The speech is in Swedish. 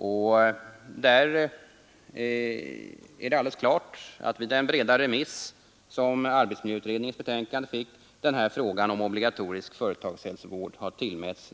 Det står alldeles klart att vid den breda remiss, som arbetsmiljöutredningens betänkande blev föremål för, tillmättes frågan om obligatorisk företagshälsovård